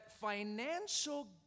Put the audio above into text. financial